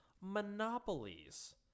monopolies